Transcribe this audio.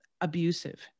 abusive